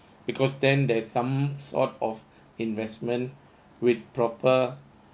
because then there's some sort of investment with proper